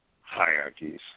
hierarchies